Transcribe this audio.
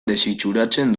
desitxuratzen